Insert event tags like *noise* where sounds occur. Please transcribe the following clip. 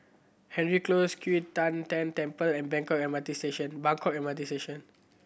Hendry Close Q Tian Tan Temple and *unintelligible* M R T Station Buangkok M R T Station